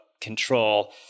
control